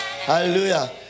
hallelujah